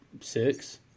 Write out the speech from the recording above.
six